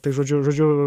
tai žodžiu žodžiu